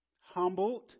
Humbled